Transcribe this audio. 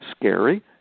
scary